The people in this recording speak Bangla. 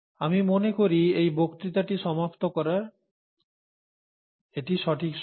আমি মনে করি এটি বক্তৃতাটি সমাপ্ত করার সঠিক সময়